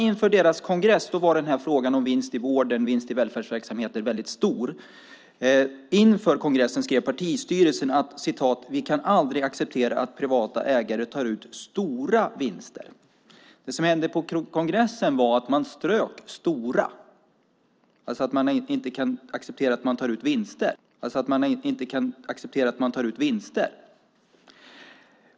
Inför deras kongress var frågan om vinst i välfärdsverksamheter väldigt stor. Inför kongressen skrev partistyrelsen: Vi kan aldrig acceptera att privata ägare tar ut stora vinster. På kongressen strök man ordet "stora", och det blev i stället att man aldrig kan acceptera att man tar ut vinster.